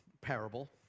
parable